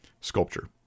sculpture